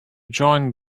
join